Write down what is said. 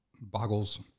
boggles